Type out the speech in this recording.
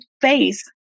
face